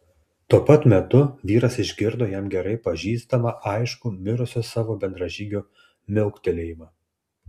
tuo pat metu vyras išgirdo jam gerai pažįstamą aiškų mirusio savo bendražygio miauktelėjimą